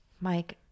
Mike